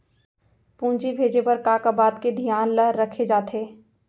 पूंजी भेजे बर का का बात के धियान ल रखे जाथे?